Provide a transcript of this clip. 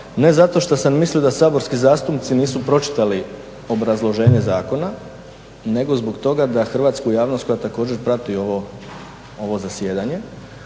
ne zato što sam mislio da saborski zastupnici nisu pročitali obrazloženje zakona nego zbog toga da hrvatsku javnost koja također prati ovo zasjedanje